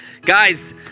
Guys